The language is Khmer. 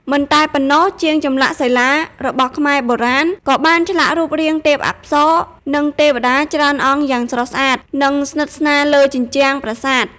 មិនតែប៉ុណ្ណោះ ជាងចម្លាក់សិលាចារបស់ខ្មែរបុរាណក៏បានឆ្លាក់រូបរាងទេពអប្សរ និងទេវតាច្រើនអង្គយ៉ាងស្រស់ស្អាត និងស្និទស្នាលលើជញ្ជាំងប្រាសាទ។